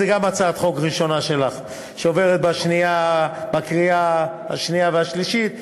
זו גם הצעת חוק ראשונה שלך שעוברת בקריאה השנייה והשלישית,